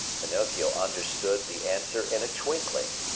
pinocchio understood the answer in a twinkling,